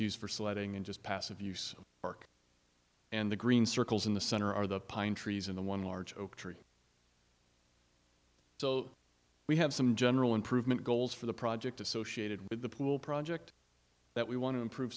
used for sliding in just passive use of park and the green circles in the center are the pine trees in the one large oak tree so we have some general improvement goals for the project associated with the pool project that we want to improve